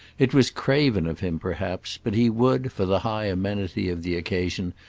it was craven of him perhaps, but he would, for the high amenity of the occasion,